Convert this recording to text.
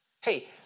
Hey